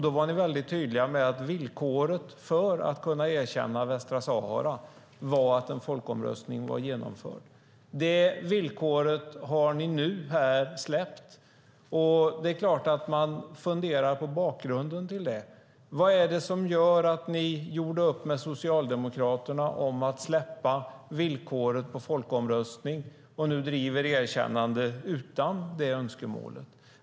Då var ni väldigt tydliga med att villkoret för att kunna erkänna Västsahara var att en folkomröstning var genomförd. Det villkoret har ni nu släppt. Det är klart att man funderar på bakgrunden till det. Vad är det som gör att ni gjorde upp med Socialdemokraterna om att släppa villkoret på folkomröstning och nu driver ett erkännande utan det önskemålet?